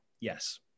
Yes